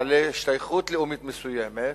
בעלי השתייכות לאומית מסוימת,